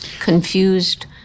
confused